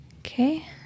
Okay